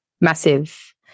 Massive